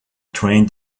train